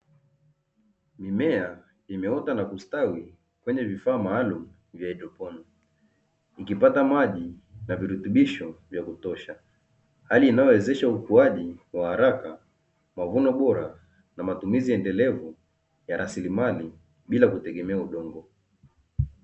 Mimea imeota na kustawi kwenye vifaa maalumu vya haidroponi ikipata maji na virutubisho vya kutosha. Hali inayowezesha ukuaji wa haraka mavuno bora na matumizi endelevu ya raslimali bila kutegemea udongo.